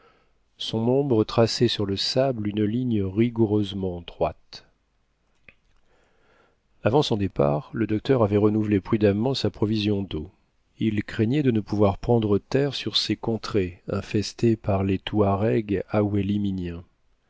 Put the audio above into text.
son ombre traçait sur le sable une ligne rigoureusement droite avant son départ le docteur avait renouvelé prudemment sa provision d'eau il craignait de ne pouvoir prendre terre sur ces contrées infestées par les touareg